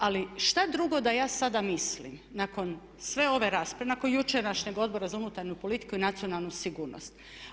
Ali šta drugo da ja sada mislim nakon sve ove rasprave, nakon jučerašnjeg Odbora za unutarnju politiku i nacionalnu sigurnost.